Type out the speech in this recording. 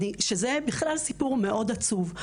שזה בכלל סיפור מאוד עצוב.